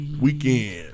Weekend